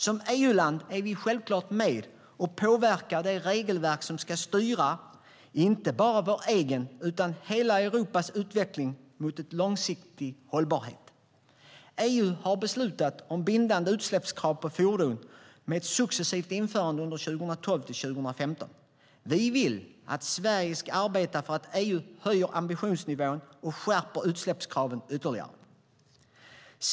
Som EU-land är vi självklart med och påverkar de regelverk som ska styra inte bara vår egen utan hela Europas utveckling mot långsiktig hållbarhet. EU har beslutat om bindande utsläppskrav på fordon med successivt införande 2012-2015. Vi vill att Sverige ska arbeta för att EU höjer ambitionsnivån och skärper utsläppskraven ytterligare.